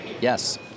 Yes